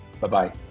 Bye-bye